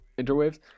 interwaves